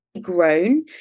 grown